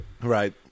Right